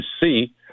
see